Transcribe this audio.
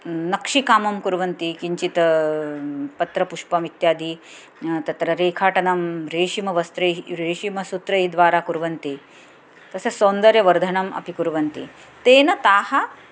नक्षिकामं कुर्वन्ति किञ्चित् पत्रपुष्पम् इत्यादि तत्र रेखाटनं रेशिमवस्त्रैः रेशिमसूत्रैः द्वारा कुर्वन्ति तस्य सौन्दर्यवर्धनम् अपि कुर्वन्ति तेन ताः